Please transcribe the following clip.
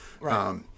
Right